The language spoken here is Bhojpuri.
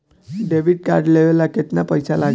डेबिट कार्ड लेवे ला केतना पईसा लागी?